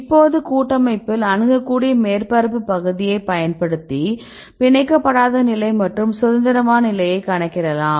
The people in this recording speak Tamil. இப்போது கூட்டமைப்பில் அணுகக்கூடிய மேற்பரப்பு பகுதியை பயன்படுத்தி பிணைக்கபடாத நிலை மற்றும் சுதந்திரமான நிலையை கணக்கிடலாம்